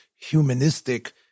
humanistic